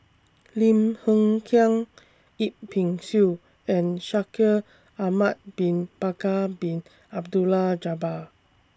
Lim Hng Kiang Yip Pin Xiu and Shaikh Ahmad Bin Bakar Bin Abdullah Jabbar